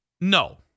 no